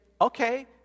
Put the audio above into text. okay